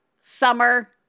summer